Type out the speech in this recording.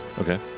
Okay